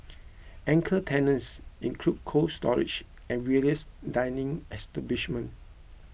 anchor tenants include Cold Storage and various dining establishment